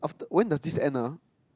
after when does this end ah